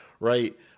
right